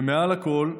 ומעל הכול,